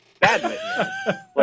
badminton